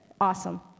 Awesome